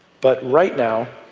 but right now,